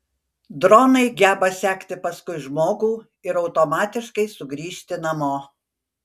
dronai geba sekti paskui žmogų ir automatiškai sugrįžti namo